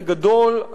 בגדול,